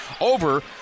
over